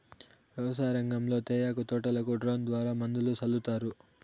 వ్యవసాయ రంగంలో తేయాకు తోటలకు డ్రోన్ ద్వారా మందులు సల్లుతారు